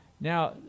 Now